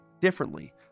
differently